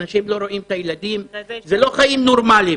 אנשים לא רואים את הילדים, אלו לא חיים נורמליים.